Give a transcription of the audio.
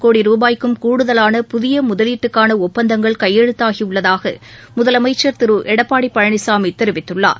கோடி ரூபாய்க்கும் கூடுதலான புதிய முதலீட்டுக்கான ஒப்பந்தங்கள் கையெழுத்தாகி உள்ளதாக முதலமைச்சா் திரு எடப்பாடி பழனிசாமி தெரிவித்துள்ளார்